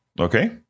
Okay